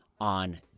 on